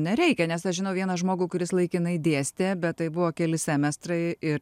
nereikia nes aš žinau vieną žmogų kuris laikinai dėstė bet tai buvo keli semestrai ir